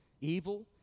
evil